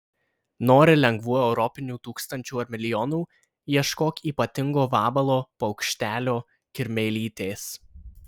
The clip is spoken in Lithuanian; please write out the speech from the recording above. nori lengvų europinių tūkstančių ar milijonų ieškok ypatingo vabalo paukštelio kirmėlytės